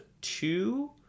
two